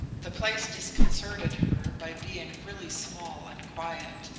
the place disconcerted her by being really small and quiet,